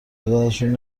خداازشون